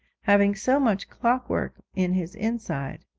having so much clockwork in his inside,